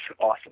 awesome